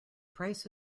price